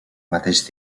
mateix